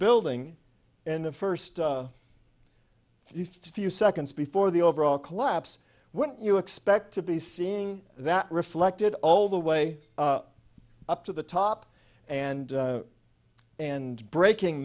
building and the first if the few seconds before the overall collapse what you expect to be seeing that reflected all the way up to the top and and breaking